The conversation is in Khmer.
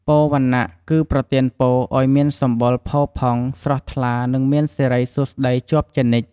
ពរវណ្ណៈ គឺប្រទានពរឲ្យមានសម្បុរផូរផង់ ស្រស់ថ្លា និងមានសិរីសួស្ដីជាប់ជានិច្ច។